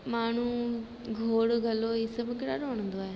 माण्हू घोड़ घलो हीअ सभु मूंखे ॾाढो वणंदो आहे